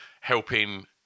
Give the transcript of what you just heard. helping –